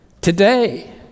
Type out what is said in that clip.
today